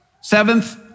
Seventh